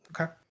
Okay